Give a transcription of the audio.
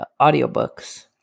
audiobooks